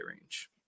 range